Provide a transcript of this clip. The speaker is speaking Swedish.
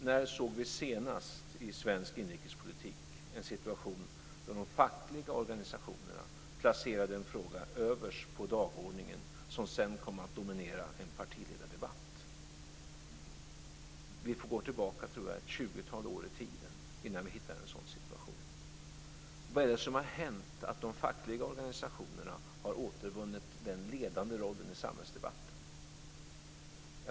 När såg vi senast i svensk inrikespolitik en situation då de fackliga organisationerna placerade en fråga överst på dagordningen som sedan kom att dominera en partiledardebatt. Vi får gå tillbaka ett tjugotal år i tiden innan vi hittar en sådan situation. Vad är det som har hänt som gör att de fackliga organisationerna har återvunnit den ledande rollen i samhällsdebatten?